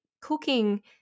cooking